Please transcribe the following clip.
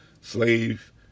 slave